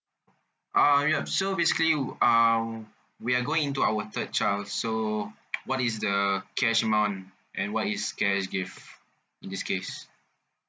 uh ya so basically would um we are going into our third child so what is the cash amount and what is cash gift in this case